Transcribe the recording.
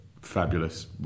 fabulous